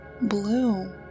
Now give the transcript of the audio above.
Blue